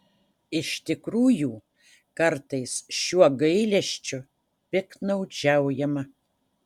iš tikrųjų kartais šiuo gailesčiu piktnaudžiaujama